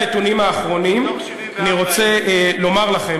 מתוך 74,000. אני רוצה לומר לכם,